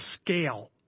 scale